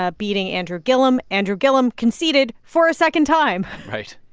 ah beating andrew gillum. andrew gillum conceded for a second time right.